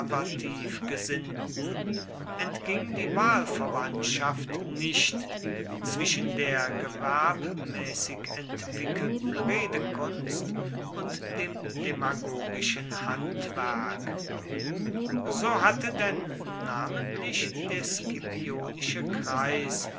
gesinnten entging die wahlverwandtschaft nicht zwischen der gewerbmäßig entwickelten redekunst und dem demagogischen handwerk so hatte denn namentlich der scipionische kreis